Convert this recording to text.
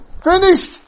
Finished